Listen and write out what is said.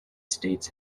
states